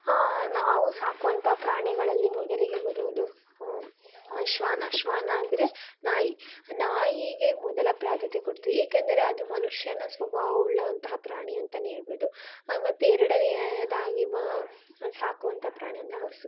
ಹಾಂ ನಾವು ಸಾಕೋವಂಥ ಪ್ರಾಣಿಗಳಲ್ಲಿ ಮೊದಲಿಗೆ ಬರುವುದು ಶ್ವಾನ ಶ್ವಾನ ಅಂದರೆ ನಾಯಿ ನಾಯಿಗೆ ಮೊದಲ ಆದ್ಯತೆ ಕೊಡ್ತೀವಿ ಏಕೆಂದರೆ ಅದು ಮನುಷ್ಯನ ಸ್ವಭಾವವುಳ್ಳಂತಹ ಪ್ರಾಣಿ ಅಂತಲೇ ಹೇಳಬಹುದು ಮತ್ತೆ ಎರಡನೆಯದಾಗಿ ಬ ಸಾಕುವಂಥ ಪ್ರಾಣಿ ಅಂದರೆ ಹಸು